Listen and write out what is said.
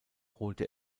holte